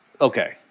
okay